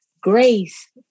Grace